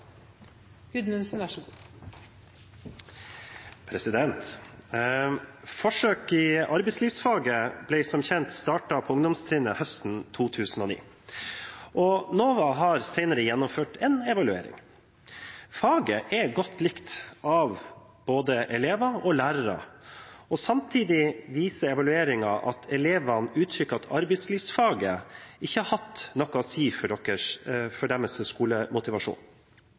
Forsøk i arbeidslivsfaget ble, som kjent, startet på ungdomstrinnet høsten 2009. NOVA har senere gjennomført en evaluering. Faget er godt likt av både elever og lærere. Samtidig viser evalueringen at elevene uttrykker at arbeidslivsfaget ikke har hatt noe å si for deres